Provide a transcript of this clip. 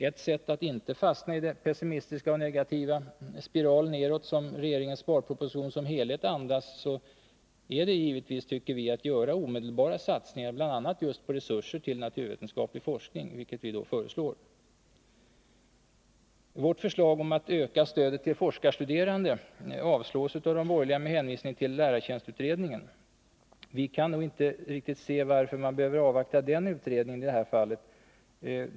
Ett sätt att inte fastna i den pessimistiska och negativa spiral nedåt som regeringens sparproposition som helhet andas är givetvis, tycker vi, att göra omedelbara satsningar på bl.a. resurser till naturvetenskaplig forskning, vilket vi också föreslår. Vårt förslag om en ökning av stödet till forskarstuderande avslås av de borgerliga med hänvisning till lärartjänstutredningen. Vi kan inte riktigt se varför man behöver avvakta den utredningen i detta fall.